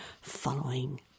following